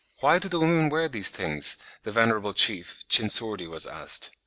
why do the women wear these things the venerable chief, chinsurdi, was asked.